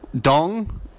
Dong